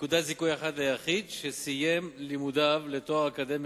נקודת זיכוי אחת ליחיד שסיים לימודיו לתואר אקדמי